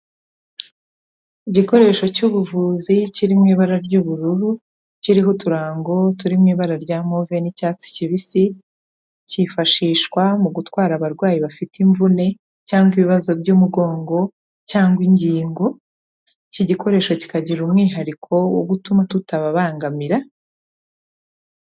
Igikoresho cy'ubuvuzi kiri mu ibara ry'ubururu, kiriho uturango turi mu ibara rya move n'icyatsi kibisi, cyifashishwa mu gutwara abarwayi bafite imvune cyangwa ibibazo by'umugongo cyangwa ingingo, iki gikoresho kikagira umwihariko wo gutuma tutababangamira